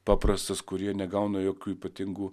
paprastas kurie negauna jokių ypatingų